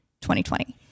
2020